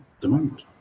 demand